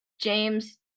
James